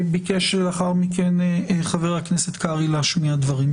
לאחר מכן ביקש חבר הכנסת קרעי להשמיע דברים.